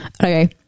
Okay